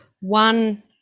one